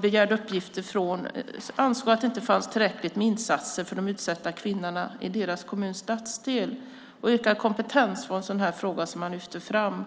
begärde uppgifter ifrån ansåg att det inte fanns tillräckligt med insatser för de utsatta kvinnorna i deras kommun eller stadsdel. Ökad kompetens var en fråga som man lyfte fram.